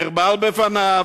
נחבל בפניו,